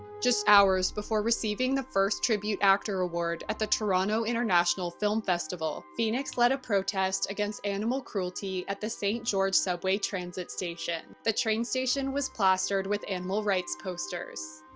just hours before receiving the first tribute actor award at the toronto international film festival, phoenix led a protest against animal cruelty at the saint george subway transit station. the train station was plastered with animal rights posters.